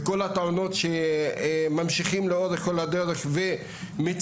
וכל הטענות שממשיכים לאורך כל הדרך ומציגים,